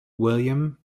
william